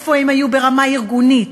איפה היו ברמה הארגונית?